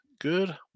good